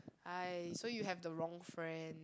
I so you have the wrong friend